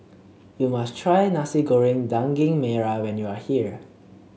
you must try Nasi Goreng Daging Merah when you are here